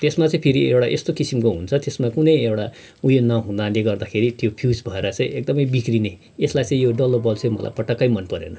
त्यसमा चाहिँ फेरि एउटा यस्तो किसिमको हुन्छ त्यसमा कुनै एउटा उयो नहुनाले गर्दाखेरि त्यो फ्युज भएर चाहिँ एकदमै बिग्रिने यसलाई चाहिँ यो डल्लो बल्ब चाहिँ मलाई पटक्कै मनपरेन